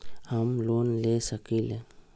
हम लोन ले सकील?